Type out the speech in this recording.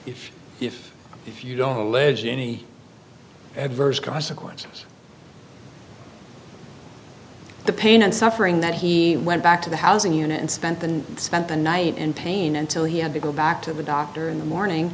if if if you don't have alleged any adverse consequence of the pain and suffering that he went back to the housing unit and spent than spent the night in pain until he had to go back to the doctor in the morning